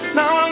now